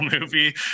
movie